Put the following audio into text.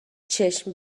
چشم